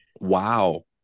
Wow